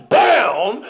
down